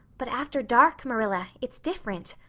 but after dark, marilla, it's different.